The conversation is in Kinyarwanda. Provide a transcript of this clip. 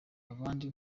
abandi